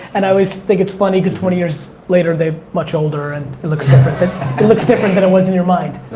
and i always think it's funny cause twenty years later, they're much older and it looks different. but it looks different than what it was in your mind.